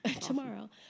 tomorrow